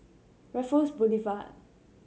Raffles Boulevard